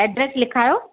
address लिखायो